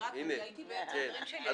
רגע, הייתי באמצע הדברים שלי.